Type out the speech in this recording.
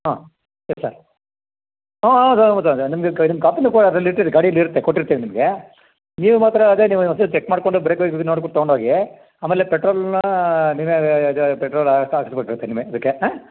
ಹಾಂ yes sir ಹಾಂ ಹೌದು ಹೌದದ ನಿಮಗೆ ನಿಮ್ಮ ಕಾಪಿನು ಕೂಡ ಅದರಲ್ಲಿಟ್ಟಿದೆ ಗಾಡಿಲಿರತ್ತೆ ಕೊಟ್ಟಿರ್ತೆವೆ ನಿಮಗೆ ನೀವು ಮಾತ್ರ ಅದೆ ನೀವು ಒಂದ್ಸರ್ತಿ ಚೆಕ್ ಮಾಡ್ಕೊಂಡು ಬ್ರೇಕ್ ವೈಸ್ ನೋಡ್ಬಿಟ್ಟು ತಗೊಂಡು ಹೋಗಿ ಆಮೇಲೆ ಪೆಟ್ರೋಲ್ನ ನೀವೇ ಪೆಟ್ರೋಲ್ ಹಾಕಿ ಹಾಕ್ಸ್ಬೇಕಾಗತ್ತೆ ನೀವೆ ಅದಕ್ಕೆ